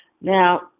Now